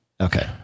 Okay